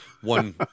One